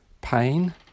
pain